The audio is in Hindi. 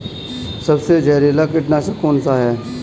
सबसे जहरीला कीटनाशक कौन सा है?